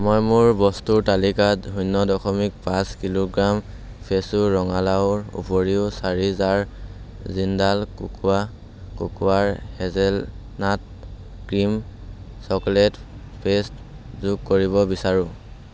মই মোৰ বস্তুৰ তালিকাত শূন্য দশমিক পাঁচ কিলোগ্ৰাম ফ্ৰেছো ৰঙালাউৰ উপৰিও চাৰি জাৰ জিণ্ডাল কোকোৱা কোকোৱাৰ হেজেলনাট ক্ৰীম চকলেট স্প্ৰে'ড যোগ কৰিব বিচাৰোঁ